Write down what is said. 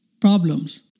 problems